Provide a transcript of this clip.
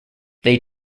they